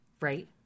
Right